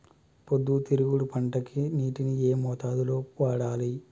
పొద్దుతిరుగుడు పంటకి నీటిని ఏ మోతాదు లో వాడాలి?